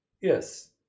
Yes